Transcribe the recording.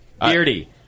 Beardy